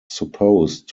supposed